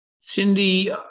Cindy